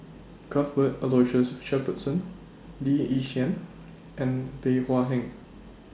Cuthbert Aloysius Shepherdson Lee Yi Shyan and Bey Hua Heng